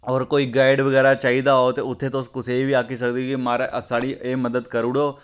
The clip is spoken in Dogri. होर कोई गाइड बगैरा चाहिदा होग ते उत्थुआं तुस कुसै बी आक्खी सकदे ओ कि महाराज साढ़ी एह् मदद करी उड़ो